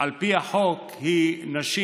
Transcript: על פי החוק: נשים